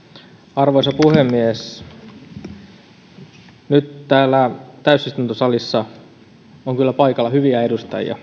arvoisa puhemies nyt täällä täysistuntosalissa on kyllä paikalla hyviä edustajia